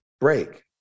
break